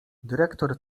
dyrektor